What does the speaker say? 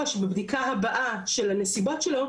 או שבבדיקה הבאה של הנסיבות שלו,